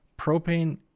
Propane